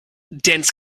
dense